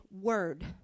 word